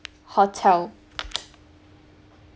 hotel